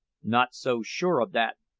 not so sure of that!